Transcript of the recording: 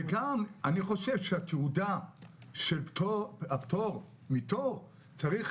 וגם אני חושב שהתעודה של הפטור מתור צריכה